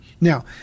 Now